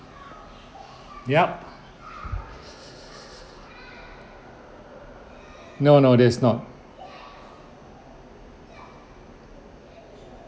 yup no no that is not